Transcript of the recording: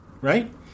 right